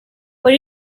what